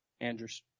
Andrews